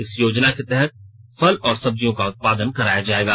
इस योजना के तहत फल और सब्जियों का उत्पादन कराया जाएगा